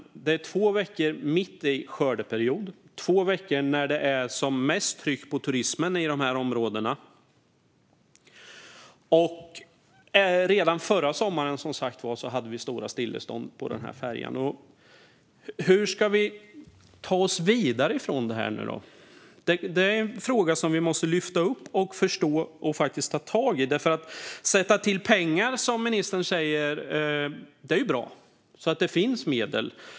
Detta är två veckor mitt i skördeperioden och två veckor när det är som mest tryck på turismen i dessa områden. Redan förra sommaren hade vi, som sagt, stora stillestånd på den här färjan. Hur ska vi ta oss vidare från detta? Det är en fråga som vi måste lyfta upp, förstå och faktiskt ta tag i. Det är ju bra att sätta till pengar, som ministern säger, så att det finns medel.